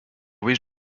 witch